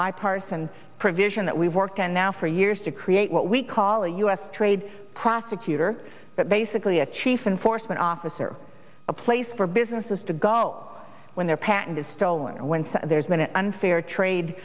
bipartisan provision that we worked and now for years to create what we call a u s trade prosecutor but basically a chief enforcement officer a place for businesses to go when their patent is stolen or when there's been an unfair trade